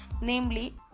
namely